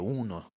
uno